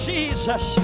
Jesus